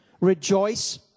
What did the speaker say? Rejoice